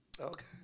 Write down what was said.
Okay